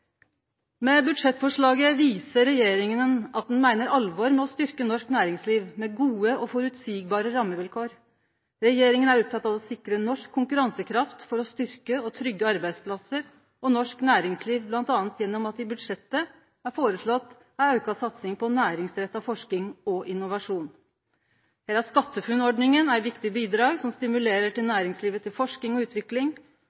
Med budsjettforslaget viser regjeringa at ho meiner alvor med å styrke norsk næringsliv med gode og føreseielege rammevilkår. Regjeringa er opptatt av å sikre norsk konkurransekraft for å styrke og trygge arbeidsplassar og norsk næringsliv, bl.a. gjennom at det i budsjettet er foreslått ei auka satsing på næringsretta forsking og innovasjon. Her er SkatteFUNN-ordninga eit viktig bidrag som stimulerer næringslivet til